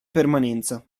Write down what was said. permanenza